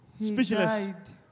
speechless